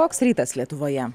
koks rytas lietuvoje